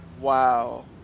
Wow